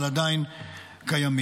אבל עדיין קיימים.